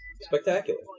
Spectacular